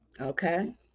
Okay